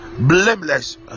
blameless